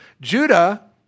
Judah